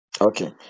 Okay